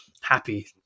happy